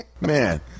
Man